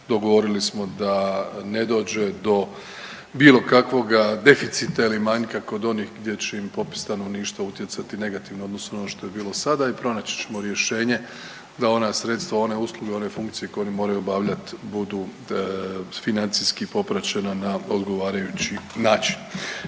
Dogovorili smo da ne dođe do bilo kakvoga deficita ili manjka kod onih gdje će im popis stanovništva utjecati negativno u odnosu na ono što je bilo sada i pronaći ćemo rješenje za ona sredstva, one usluge, one funkcije koje oni moraju obavljati budu financijski popraćena na odgovarajući način.